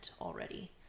already